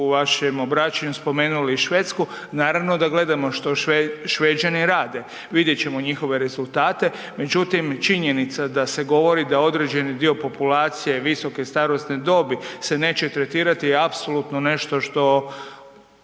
u vašem obraćanju spomenuli i Švedsku. Naravno da gledamo što Šveđani rade, vidjet ćemo njihove rezultate, međutim činjenica da se govori da određeni dio populacije visoke starosne dobi se neće tretirati je apsolutno nešto što